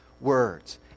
words